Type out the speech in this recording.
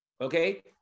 okay